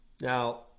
now